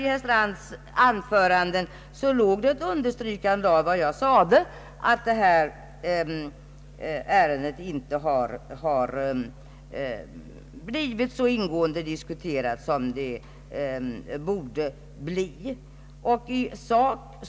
I herr Strands anförande låg, tycker jag, faktiskt ett understrykande av det jag nu sagt, att hela denna fråga inte har blivit så ingående diskuterad i utskottet som den borde ha blivit.